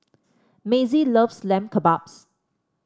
Mazie loves Lamb Kebabs